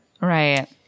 Right